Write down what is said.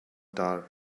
tower